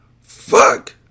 Fuck